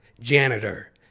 janitor